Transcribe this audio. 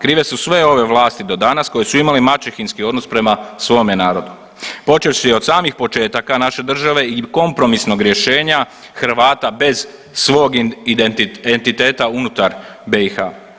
Krive su sve ove vlasti do danas koje su imale maćehinski odnos prema svome narodu počevši od samih početaka naše države i kompromisnog rješenja Hrvata bez svog entiteta unutar BiH.